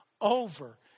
over